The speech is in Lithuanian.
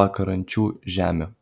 pakrančių žemė